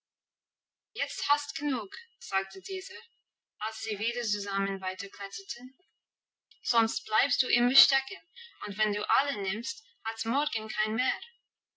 jetzt hast genug sagte dieser als sie wieder zusammen weiterkletterten sonst bleibst du immer stecken und wenn du alle nimmst hat's morgen keine